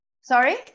Sorry